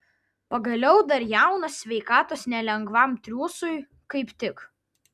pagaliau dar jaunas sveikatos nelengvam triūsui kaip tik